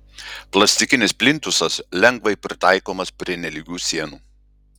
plastikinis plintusas lengvai pritaikomas prie nelygių sienų